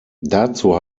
dazu